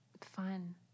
Fun